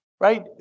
right